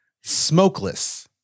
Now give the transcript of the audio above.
smokeless